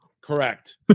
Correct